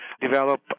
develop